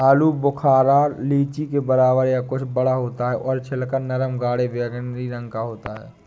आलू बुखारा लीची के बराबर या कुछ बड़ा होता है और छिलका नरम गाढ़े बैंगनी रंग का होता है